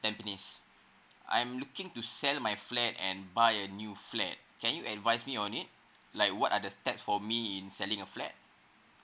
tampines I'm looking to sell my flat and buy a new flat can you advise me on it like what are the steps for me in selling a flat